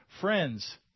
friends